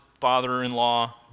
father-in-law